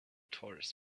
tourists